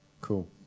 cool